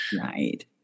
Right